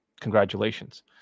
congratulations